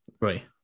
Right